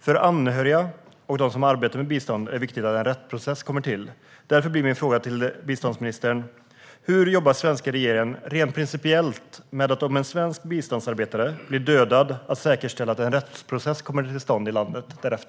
För anhöriga och dem som arbetar med bistånd är det viktigt att en rättsprocess kommer till stånd. Därför är min fråga till biståndsministern: Om en svensk biståndsarbetare blir dödad, hur jobbar den svenska regeringen rent principiellt med att säkerställa att en rättsprocess kommer till stånd i landet?